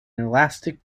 elastic